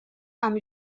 amb